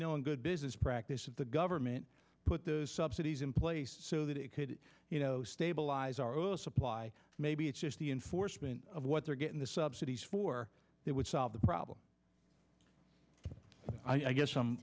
knowing good business practice if the government put the subsidies in place so that it could you know stabilize our oil supply maybe it's just the enforcement of what they're getting the subsidies for that would solve the problem i guess some